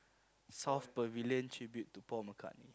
South Pavilion Tribute to Paul-McCartney